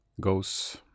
goes